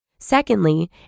Secondly